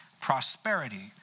prosperity